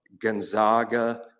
gonzaga